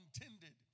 intended